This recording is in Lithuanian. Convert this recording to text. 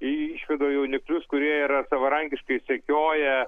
išveda jauniklius kurie yra savarankiškai sekioja